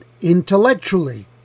intellectually